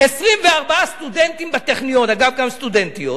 24 סטודנטים בטכניון, אגב, גם סטודנטיות